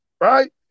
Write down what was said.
right